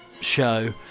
show